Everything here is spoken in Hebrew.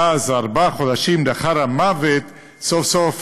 ואז, ארבעה חודשים לאחר המוות סוף-סוף